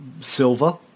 silver